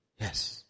Yes